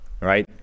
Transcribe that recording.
right